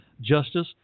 justice